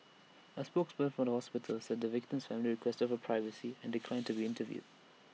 A spokesperson from the hospital said the victim's family requested for privacy and declined to be interviewed